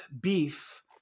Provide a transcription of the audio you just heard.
beef